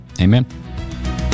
amen